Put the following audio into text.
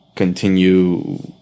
continue